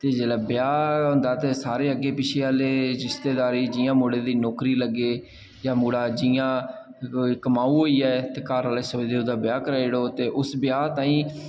ते जेल्लै ब्याह् होंदा ते सारे अग्गें पिच्छें आह्ले रिश्तेदारी जि'यां मुड़े दी नौकरी लग्गे जां मुड़ा जि'यां कमाऊ होई जाए ते घर आह्ले सोचदे कि ओह्दा ब्याह् कराई ओड़ो ते उस ब्याह् ताईं